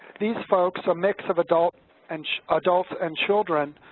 these folks, a mix of adults and adults and children,